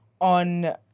on